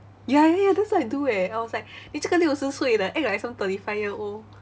ya ya ya that's what I do eh I was like 你这个六十岁的 act like some thirty five year old